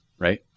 right